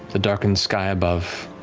the darkened sky above,